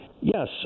Yes